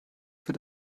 für